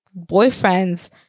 boyfriends